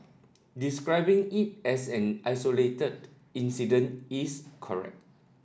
describing it as an isolated incident is correct